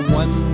one